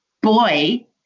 boy